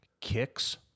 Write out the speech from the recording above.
Kicks